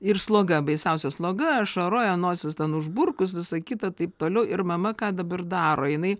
ir sloga baisiausia sloga ašaroja nosis ten užburkus visą kitą taip toliau ir mama ką dabar daro jinai